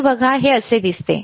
तुम्ही बघा हे असे दिसते